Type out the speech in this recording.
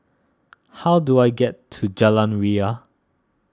how do I get to Jalan Ria